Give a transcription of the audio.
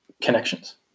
connections